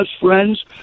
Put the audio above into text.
friends